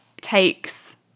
takes